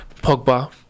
Pogba